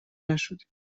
نشدیم